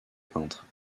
peintre